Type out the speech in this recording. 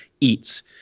eats